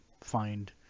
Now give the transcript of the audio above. find